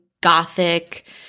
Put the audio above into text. Gothic